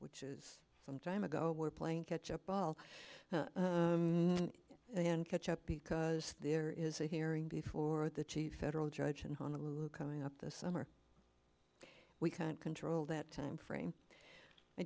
which is some time ago we're playing catch up ball and then catch up because there is a hearing before the chief federal judge in honolulu coming up this summer we can't control that timeframe i